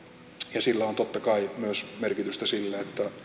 ja sillä on totta kai myös merkitystä sille